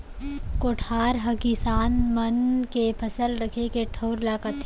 कोठार हकिसान मन के फसल रखे के ठउर ल कथें